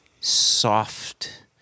soft